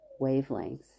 wavelengths